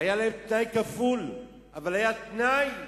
היה להם תנאי כפול,